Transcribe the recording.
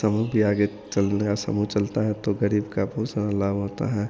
समूह भी आगे चलने लगा समूह चलता है तो गरीब का बहुत सारा लाभ होता है